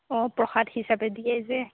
অঁ প্ৰসাদ হিচাপে দিয়ে যে